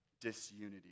disunity